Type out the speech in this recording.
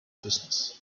business